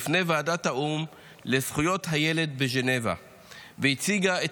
בפני ועדת האו"ם לזכויות הילד בז'נבה והציגה את